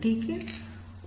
ठीक है